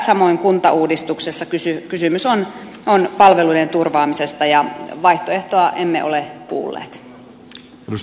samoin kuntauudistuksessa kysymys on palveluiden turvaamisesta ja vaihtoehtoa emme ole kuulleet